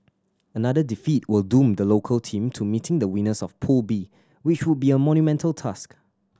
another defeat will doom the local team to meeting the winners of Pool B which would be a monumental task